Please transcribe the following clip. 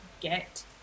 Get